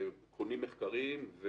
וקונים מחקרים.